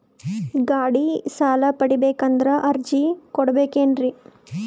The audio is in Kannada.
ಗಾಡಿ ಸಾಲ ಪಡಿಬೇಕಂದರ ಅರ್ಜಿ ಕೊಡಬೇಕೆನ್ರಿ?